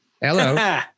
Hello